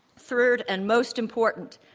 third and most important,